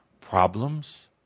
problems